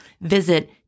Visit